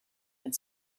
had